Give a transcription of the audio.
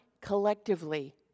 collectively